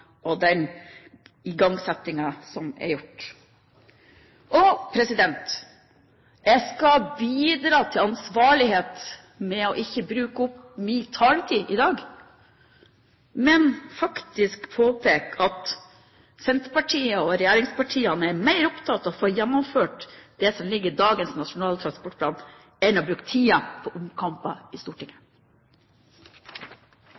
og den igangsettingen som skal gjøres. Jeg skal bidra til ansvarlighet ved ikke å bruke opp min taletid i dag, men faktisk påpeke at Senterpartiet og regjeringspartiene er mer opptatt av å få gjennomført det som ligger i dagens nasjonale transportplan, enn å bruke tiden på omkamper i Stortinget.